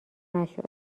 نشد